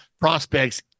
prospects